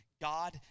God